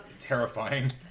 terrifying